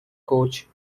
coach